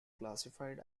classified